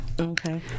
Okay